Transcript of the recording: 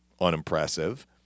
unimpressive